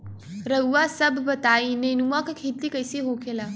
रउआ सभ बताई नेनुआ क खेती कईसे होखेला?